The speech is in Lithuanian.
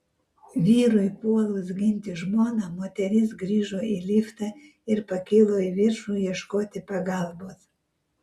vyrui puolus ginti žmoną moteris grįžo į liftą ir pakilo į viršų ieškoti pagalbos